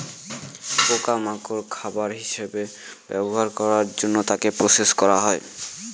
পোকা মাকড় খাবার হিসেবে ব্যবহার করার জন্য তাকে প্রসেস করা হয়